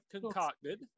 concocted